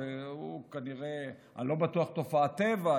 אני לא בטוח שהוא תופעת טבע,